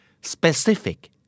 Specific